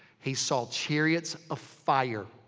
he saw chariots of fire.